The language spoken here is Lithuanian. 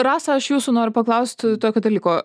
rasa aš jūsų noriu paklaust tokio dalyko